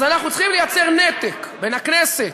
אז אנחנו צריכים לייצר נתק בין הכנסת,